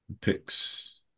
picks